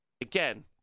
again